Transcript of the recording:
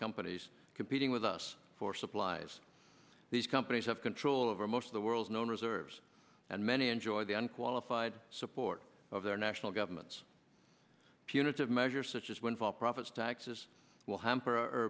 companies competing with us for supplies these companies have control over most of the world's known reserves and many enjoy the unqualified support of their national governments punitive measures such as windfall profits taxes will hamper o